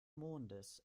mondes